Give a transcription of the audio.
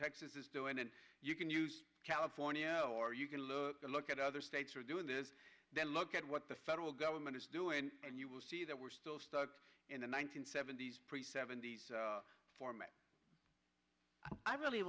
texas is doing and you can use california or you can look look at other states are doing this then look at what the federal government is doing and you will see that we're still stuck in the one nine hundred seventy s pre seventy's for me i really